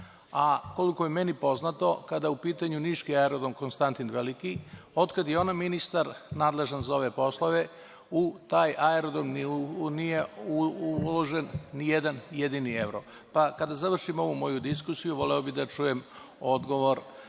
a koliko je meni poznato kada je u pitanju niški aerodrom „Konstantin Veliki“ otkad je ona ministar nadležan za ove poslove u taj aerodrom nije uložen ni jedan jedini evro. Kada završimo ovu moju diskusiju voleo bih da čujem odgovor